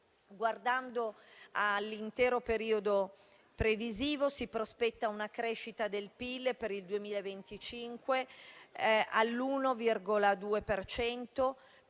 Guardando all'intero periodo previsivo, si prospetta una crescita del PIL per il 2025 all'1,2